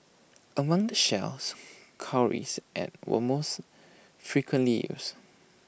among the shells cowries and were most frequently used